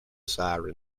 siren